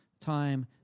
time